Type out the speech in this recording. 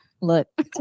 Look